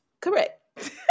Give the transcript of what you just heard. Correct